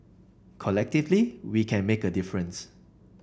collectively we can make a difference